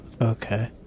Okay